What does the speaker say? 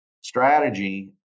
strategy